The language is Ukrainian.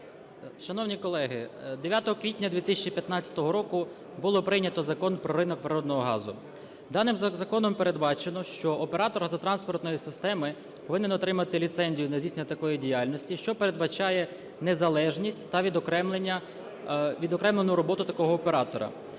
Шановні колеги, 9 квітня 2015 року було прийнято Закон "Про ринок природного газу". Даним законом передбачено, що оператор газотранспортної системи повинен отримати ліцензую на здійснення такої діяльності, що передбачає незалежність та відокремлену роботу такого оператора.